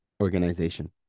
organization